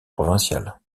provinciale